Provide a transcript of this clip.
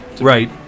Right